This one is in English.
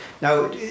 now